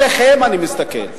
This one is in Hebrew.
עליכם אני מסתכל.